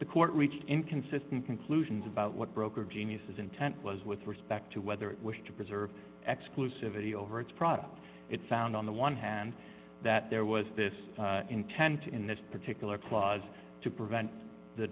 the court reached inconsistent conclusions about what broker genius's intent was with respect to whether it wished to preserve exclusivity over its products it found on the one hand that there was this intent in this particular clause to prevent the